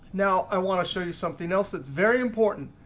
now i want to show you something else that's very important.